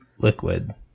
liquid